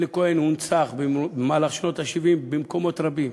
אלי כהן הונצח במהלך שנות ה-70 במקומות רבים: